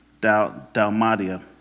Dalmatia